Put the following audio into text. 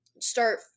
start